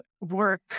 work